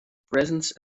presence